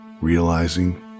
realizing